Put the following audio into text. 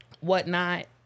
whatnot